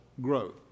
growth